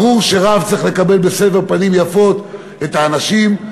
ברור שרב צריך לקבל בסבר פנים יפות את האנשים.